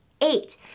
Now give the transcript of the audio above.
eight